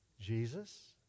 Jesus